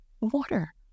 water